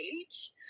age